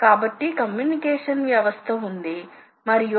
ఇదే టర్నింగ్ ఉత్పత్తి చేయు మార్గం